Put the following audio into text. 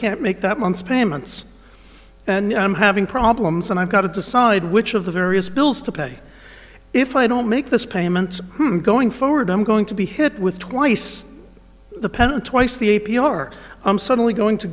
can't make that month's payments and i'm having problems and i've got to decide which of the various bills to pay if i don't make this payment going forward i'm going to be hit with twice the pen and twice the a p r i'm suddenly going to